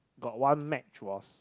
got one match was